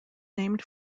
named